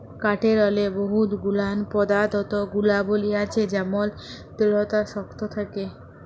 কাঠেরলে বহুত গুলান পদাথ্থ গুলাবলী আছে যেমল দিঢ়তা শক্ত থ্যাকে